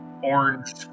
orange